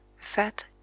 fat